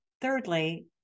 thirdly